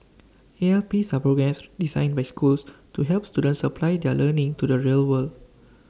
ALPs are programmes designed by schools to help students apply their learning to the real world